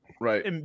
Right